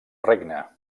regne